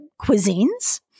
cuisines